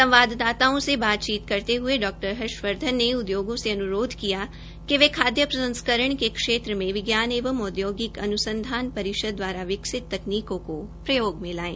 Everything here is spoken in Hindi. संवाददाताओं से बातचीत करते हये डॉ हर्षवर्धन ने उदयोगों से अन्रोध किया कि वे खाद्य प्रसंस्करण के क्षेत्र में विज्ञान एवं औद्योगिक परिषद दवारा विकसित तकनीकों को प्रयोग में लाये